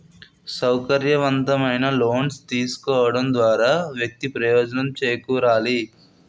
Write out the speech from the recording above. సౌకర్యవంతమైన లోన్స్ తీసుకోవడం ద్వారా వ్యక్తి ప్రయోజనం చేకూరాలి